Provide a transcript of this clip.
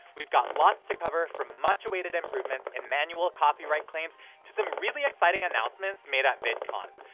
we've got lots to cover, from much awaited improvements in manual copyright claims to some really exciting announcements made at vidcon.